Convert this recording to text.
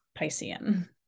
Piscean